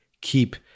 keep